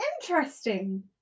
interesting